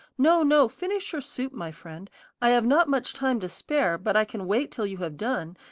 no, no, finish your soup, my friend i have not much time to spare, but i can wait till you have done,